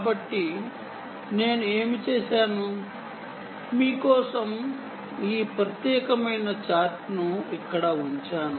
కాబట్టి నేను ఏమి చేశాను మీ కోసం ఈ ప్రత్యేకమైన చార్ట్ను ఇక్కడ ఉంచాను